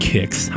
Kicks